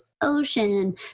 ocean